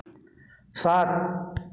सात